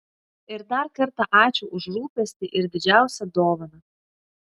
ir dar kartą ačiū už rūpestį ir didžiausią dovaną